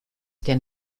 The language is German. den